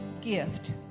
gift